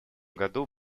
году